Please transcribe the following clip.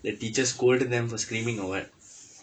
the teacher scolded them for screaming or what